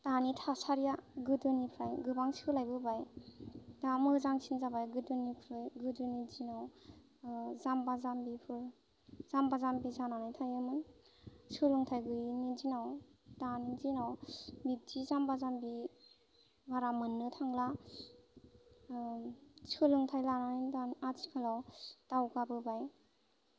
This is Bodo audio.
दानि थासारिया गोदोनिफ्राय गोबां सोलायबोबाय दा मोजांसिन जाबाय गोदोनिख्रुइ गोदोनि दिनाव जाम्बा जाम्बिफोर जाम्बा जाम्बि जानानै थायोमोन सोलोंथाइ गैयैनि दिनाव दानि दिनाव बिदि जाम्बा जाम्बि बारा मोननो थांला सोलोंथाइ लानानै आथिखालाव दावगाबोबाय